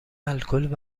الکل